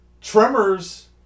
Tremors